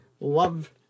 love